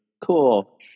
cool